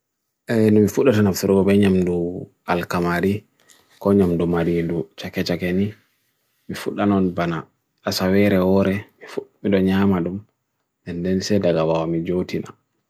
E, nmifu dato nafthuro bhenyam dho alkamari, konyam dho mari dho chakachakeni, nmifu dhanon banak asavere ore, nmifu dho nyamadum, ndense dagawa mejotina.